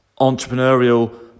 entrepreneurial